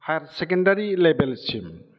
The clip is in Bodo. हायार सेकेण्डारि लेभेलसिम